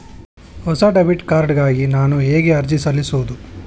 ಹೊಸ debit card ಗಾಗಿ ನಾನು ಹೇಗೆ ಅರ್ಜಿ ಸಲ್ಲಿಸುವುದು?